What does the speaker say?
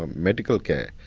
ah medical care.